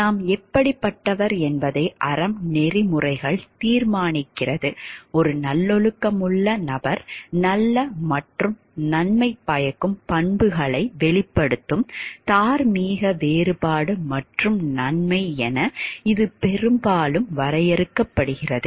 நாம் எப்படிப்பட்டவர் என்பதை அறம் நெறிமுறைகள் தீர்மானிக்கிறது ஒரு நல்லொழுக்கமுள்ள நபர் நல்ல மற்றும் நன்மை பயக்கும் பண்புகளை வெளிப்படுத்தும் தார்மீக வேறுபாடு மற்றும் நன்மை என இது பெரும்பாலும் வரையறுக்கப்படுகிறது